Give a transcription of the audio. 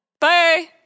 Bye